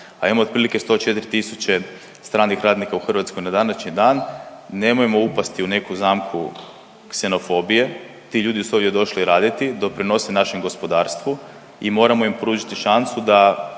a imamo otprilike 104000 stranih radnika u Hrvatskoj na današnji dan nemojmo upasti u neku zamku ksenofobije. Ti ljudi su ovdje došli raditi, doprinose našem gospodarstvu i moramo im pružiti šansu da